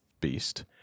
beast